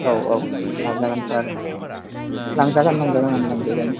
औ औ लाजागोनथ' आरो लांजागोन लांजागोन मानो लांजाया जानो